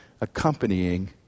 accompanying